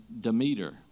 Demeter